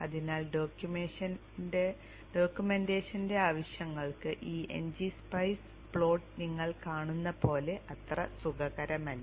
അതിനാൽ ഡോക്യുമെന്റേഷന്റെ ആവശ്യങ്ങൾക്ക് ഈ n g സ്പൈസ് പ്ലോട്ട് നിങ്ങൾ കാണുന്ന പോലെ അത്ര സുഖകരമല്ല